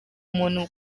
umuntu